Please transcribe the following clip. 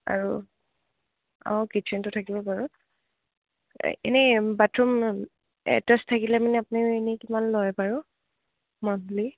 আৰু অঁ কিটচেনটো থাকিব বাৰু এনেই বাথৰুম এটেছ থাকিলে মানে আপুনি এনেই কিমান লয় বাৰু মন্থলি